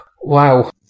Wow